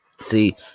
see